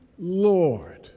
Lord